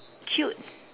cute